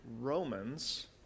Romans